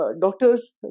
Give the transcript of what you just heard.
doctors